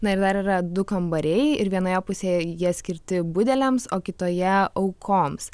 na ir dar yra du kambariai ir vienoje pusėje jie skirti budeliams o kitoje aukoms